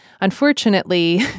unfortunately